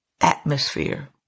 atmosphere